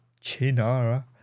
Chinara